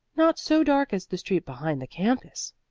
not so dark as the street behind the campus,